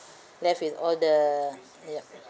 left with all the yup